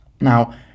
Now